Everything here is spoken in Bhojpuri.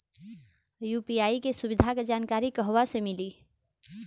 यू.पी.आई के सुविधा के जानकारी कहवा से मिली?